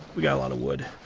we got a lot of wood.